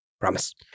Promise